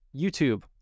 YouTube